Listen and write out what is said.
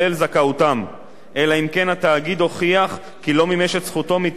אלא אם כן התאגיד הוכיח כי לא מימש את זכותו מטעמים שאינם תלויים בו.